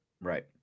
right